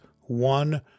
one